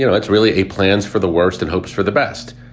you know it's really a plans for the worst and hopes for the best.